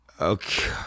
okay